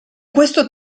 questo